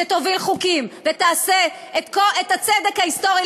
שתוביל חוקים ותעשה את הצדק ההיסטורי,